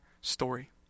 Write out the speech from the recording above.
story